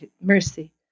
mercy